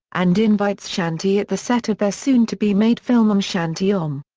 and invites shanti at the set of their soon-to-be-made film om shanti om.